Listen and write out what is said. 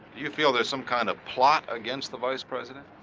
you feel there's some kind of plot against the vice president?